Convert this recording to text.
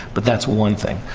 but that's one thing.